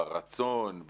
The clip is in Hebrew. ברצון,